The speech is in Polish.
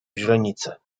źrenice